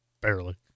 Barely